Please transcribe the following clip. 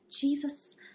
Jesus